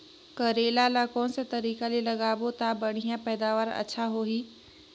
करेला ला कोन सा तरीका ले लगाबो ता बढ़िया पैदावार अच्छा होही?